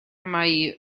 mai